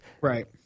Right